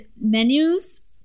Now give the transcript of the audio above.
menus